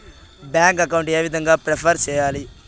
Bank account ఏ విధంగా prepare సెయ్యాలి?